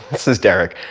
this is derek,